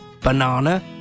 banana